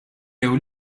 jew